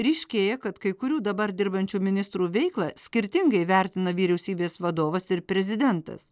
ryškėja kad kai kurių dabar dirbančių ministrų veiklą skirtingai vertina vyriausybės vadovas ir prezidentas